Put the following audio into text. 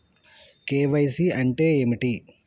KYC అంటే ఏమిటి?